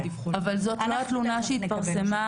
אבל זו לא התלונה שהתפרסמה,